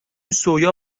سویا